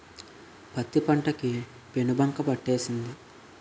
పత్తి పంట కి పేనుబంక పట్టేసింది